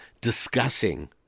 discussing